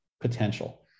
potential